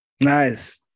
Nice